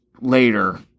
later